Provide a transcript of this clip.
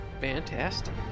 Fantastic